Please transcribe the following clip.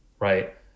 right